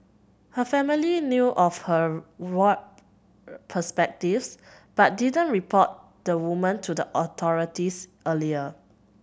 her family knew of her warped perspectives but didn't report the woman to the authorities earlier